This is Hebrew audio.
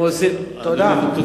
הם עושים את